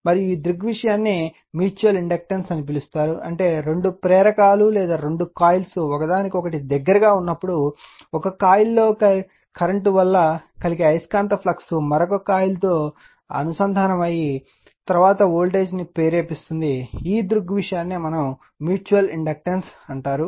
మరియు ఈ దృగ్విషయాన్ని మ్యూచువల్ ఇండక్టెన్స్ అని పిలుస్తారు అంటే రెండు ప్రేరకాలు లేదా రెండు కాయిల్స్ ఒకదానికొకటి దగ్గరగా ఉన్నప్పుడు ఒక కాయిల్లో కరెంట్ వల్ల కలిగే అయస్కాంత ఫ్లక్స్ మరొక కాయిల్తో లింకు అయి తరువాత వోల్టేజ్ను ప్రేరేపిస్తుంది ఈ దృగ్విషయాన్ని మ్యూచువల్ ఇండక్టెన్స్ అంటారు